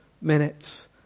minutes